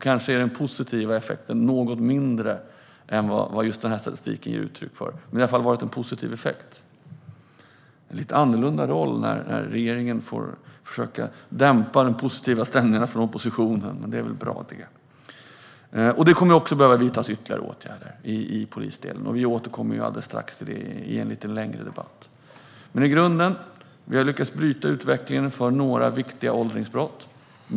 Kanske är den positiva effekten något mindre än vad just denna statistik ger uttryck för, men det har i alla fall varit en positiv effekt. Det är för övrigt en lite annorlunda situation när regeringen får försöka dämpa den positiva stämningen i oppositionen, men det är väl bra! Det kommer också att behöva vidtas ytterligare åtgärder när det gäller polisen, och vi återkommer strax till det i en annan interpellationsdebatt. I grunden har vi dock lyckats bryta utvecklingen för några viktiga åldringsbrott.